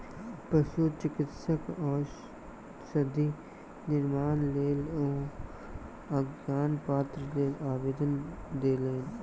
पशुचिकित्सा औषधि निर्माणक लेल ओ आज्ञापत्रक लेल आवेदन देलैन